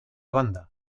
banda